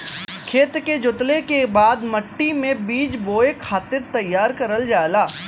खेत के जोतले के बाद मट्टी मे बीज बोए खातिर तईयार करल जाला